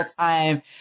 time